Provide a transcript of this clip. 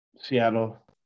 Seattle